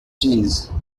cheese